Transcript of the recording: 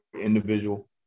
individual